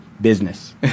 business